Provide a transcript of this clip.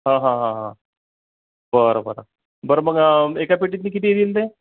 हं हं हं हं बरं बरं बरं मग एका पेटीतून किती दिले होते